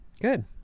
Good